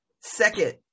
second